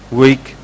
week